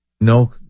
No